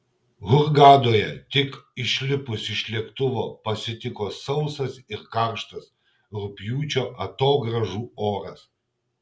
hurgadoje tik išlipus iš lėktuvo pasitiko sausas ir karštas rugpjūčio atogrąžų oras